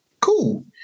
cool